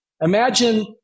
imagine